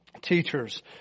teachers